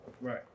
Right